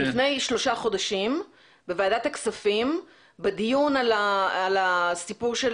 לפני שלושה חודשים בוועדת הכספים בדיון על הסיפור של